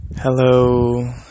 Hello